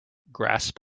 grasp